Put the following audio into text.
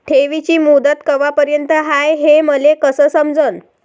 ठेवीची मुदत कवापर्यंत हाय हे मले कस समजन?